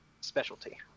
specialty